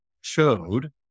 showed